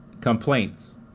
complaints